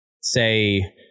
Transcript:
say